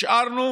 השארנו